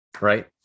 right